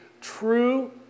true